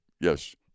Yes